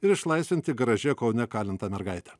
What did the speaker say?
ir išlaisvinti garaže kaune kalintą mergaitę